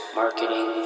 marketing